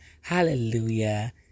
Hallelujah